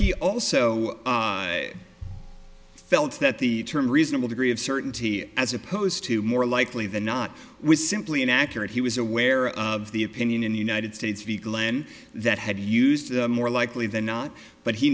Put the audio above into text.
he also felt that the term reasonable degree of certainty as opposed to more likely than not was simply inaccurate he was aware of the opinion in the united states v glen that had used more likely than not but he